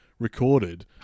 recorded